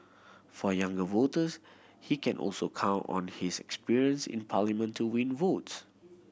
for younger voters he can also count on his experience in Parliament to win votes